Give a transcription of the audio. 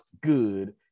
good